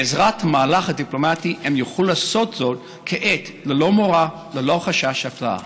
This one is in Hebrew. בעזרת המהלך הדיפלומטי הם יוכלו לעשות זאת כעת ללא מורא וללא חשש הפללה.